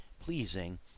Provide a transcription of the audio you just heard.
pleasing